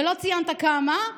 ולא ציינת כמה.